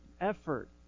effort